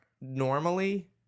normally